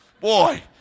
Boy